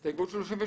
הסתייגות 38: